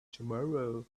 tomorrow